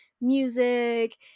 music